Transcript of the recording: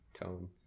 tone